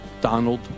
Donald